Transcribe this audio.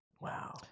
Wow